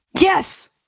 yes